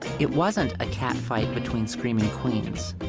it wasn't a cat fight between screaming queens.